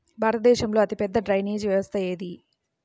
భారతదేశంలో అతిపెద్ద డ్రైనేజీ వ్యవస్థ ఏది?